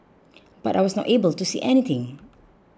but I was not able to see anything